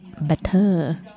better